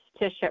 Tisha